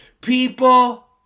People